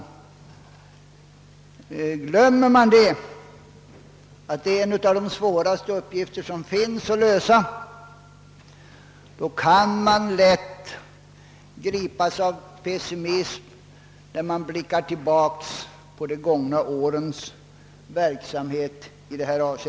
Glömmer man att detta är en av de svåraste uppgifter som finns att lösa kan man lätt gripas av pessimism, när man blickar tillbaka på de gångna årens verksamhet.